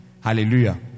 Hallelujah